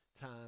time